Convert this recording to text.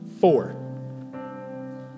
Four